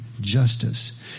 justice